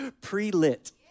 pre-lit